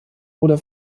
oder